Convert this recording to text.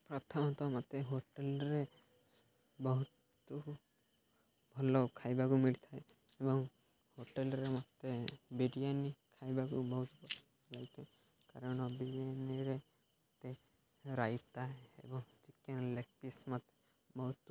ପ୍ରଥମତଃ ମୋତେ ହୋଟେଲ୍ରେ ବହୁତ ଭଲ ଖାଇବାକୁ ମିଳିଥାଏ ଏବଂ ହୋଟେଲ୍ରେ ମୋତେ ବିରିୟାନି ଖାଇବାକୁ ବହୁତ ପସନ୍ଦ ଲାଗିଥାଏ କାରଣ ବିରିୟାନିରେ ମୋତେ ରାଇତା ଏବଂ ଚିକେନ୍ ଲେଗ୍ ପିସ୍ ମୋତେ ବହୁତ